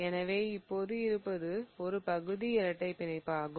எனவே இப்போது இருப்பது ஒரு பகுதி இரட்டை பிணைப்பு ஆகும்